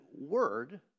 word